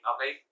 Okay